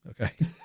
Okay